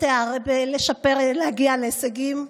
בלהגיע להישגים,